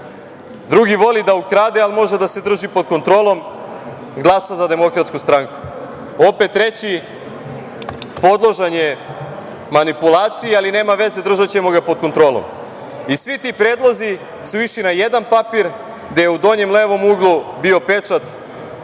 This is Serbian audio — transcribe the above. drugi voli da ukrade, ali može da se drži pod kontrolom, glasa za DS, opet treći podložan je manipulaciji, ali nema veze, držaćemo ga pod kontrolom. Svi ti predlozi su išli na jedan papir gde je u donjem levom uglu bio pečat